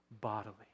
bodily